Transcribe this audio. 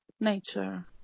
nature